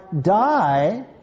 die